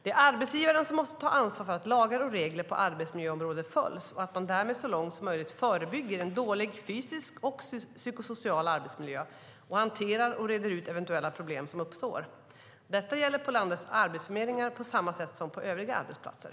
Det är arbetsgivaren som måste ta ansvar för att lagar och regler på arbetsmiljöområdet följs och därmed så långt som möjligt förebygga en dålig fysisk och psykosocial arbetsmiljö samt hantera och reda ut eventuella problem som uppstår. Detta gäller på landets arbetsförmedlingar på samma sätt som på övriga arbetsplatser.